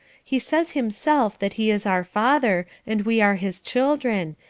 he says himself that he is our father, and we are his children,